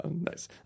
Nice